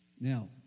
Now